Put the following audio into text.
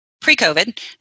pre-COVID